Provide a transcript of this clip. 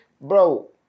bro